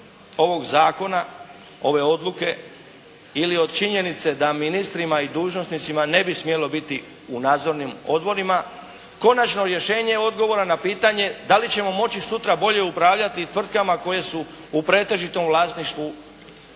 ovog zakona, ove odluke ili od činjenice da ministrima i dužnosnicima ne bi smjelo biti u nadzornim odborima, konačno rješenje odgovora na pitanje da li ćemo moći sutra bolje upravljati tvrtkama koje su u pretežitom vlasništvu